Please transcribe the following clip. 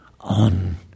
on